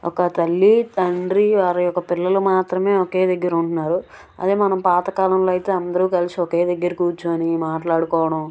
ఒక తల్లీ తండ్రీ వారి యొక్క పిల్లలు మాత్రమే ఒకే దగ్గర ఉంటున్నారు అదే మనం పాతకాలంలో అయితే అందరూ కలిసి ఒకే దగ్గర కూర్చొని మాట్లాడుకోవడం